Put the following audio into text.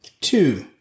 two